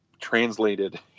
translated